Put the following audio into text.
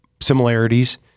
similarities